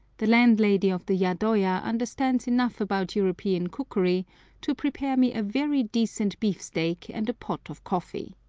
the landlady of the yadoya understands enough about european cookery to prepare me a very decent beefsteak and a pot of coffee.